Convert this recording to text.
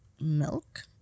milk